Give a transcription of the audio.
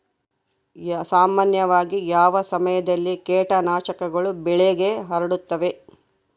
ಸಾಮಾನ್ಯವಾಗಿ ಯಾವ ಸಮಯದಲ್ಲಿ ಕೇಟನಾಶಕಗಳು ಬೆಳೆಗೆ ಹರಡುತ್ತವೆ?